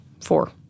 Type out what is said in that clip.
four